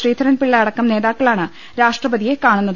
ശ്രീധരൻപിള്ള അടക്കം നേതാക്കളാണ് രാഷ്ട്രപതിയെ കാണുന്നത്